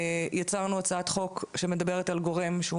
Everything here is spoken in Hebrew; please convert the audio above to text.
יצרנו הצעת חוק שמדברת על גורם שהוא